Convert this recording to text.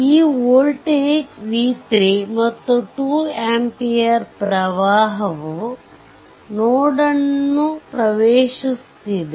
ಈ voltage v3 ಮತ್ತು 2 ampere ಪ್ರವಾಹವು ನೋಡ್ ನ್ನು ಪ್ರವೇಶಿಸುತ್ತಿದೆ